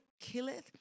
killeth